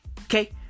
Okay